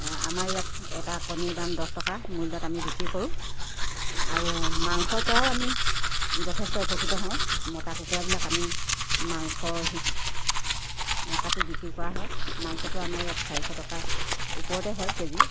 আমাৰ ইয়াত এটা কণীৰ দাম দহ টকা মূল্যত আমি বিক্ৰী কৰোঁ আৰু মাংসৰ পৰাও আমি যথেষ্ট উপকৃত হওঁ মতা কুকুৰাবিলাক আমি মাংস হি কাটি বিক্ৰী কৰা হয় মাংসটো আমাৰ ইয়াত চাৰিশ টকা ওপৰতে হয় কেজি